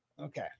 okay